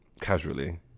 casually